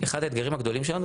אחד האתגרים הגדולים שלנו,